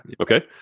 okay